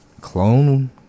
clone